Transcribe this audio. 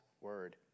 word